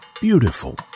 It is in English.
beautiful